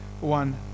one